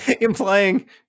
Implying